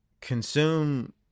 consume